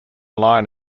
line